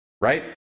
Right